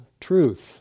truth